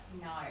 no